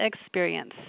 experience